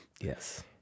Yes